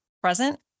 present